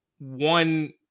one